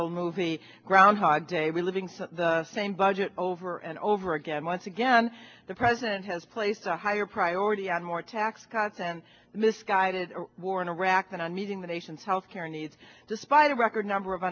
old movie groundhog day living so the same budget over and over again once again the president has placed a higher priority and more tax cuts and misguided war in iraq than on meeting the nation's healthcare needs despite a record number of